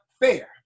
fair